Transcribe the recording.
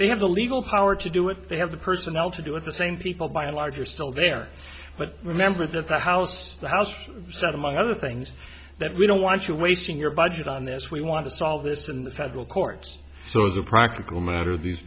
they have the legal power to do it they have the personnel to do it the same people by and large are still there but remember that the house the house said among other things that we don't want you wasting your budget on this we want to solve this in the federal courts so as a practical matter these